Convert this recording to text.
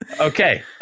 Okay